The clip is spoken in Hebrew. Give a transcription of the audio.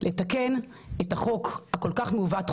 לתקן את החוק הכול כך מעוות,